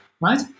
right